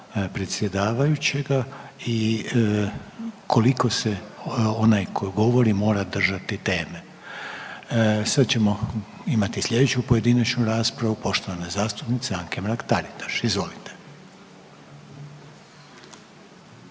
predsjedavajućega i koliko se onaj koji govori mora držati teme. Sad ćemo imati sljedeću pojedinačnu raspravu poštovane zastupnice Anke Mrak-Taritaš, izvolite.